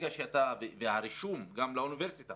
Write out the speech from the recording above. הרישום לאוניברסיטה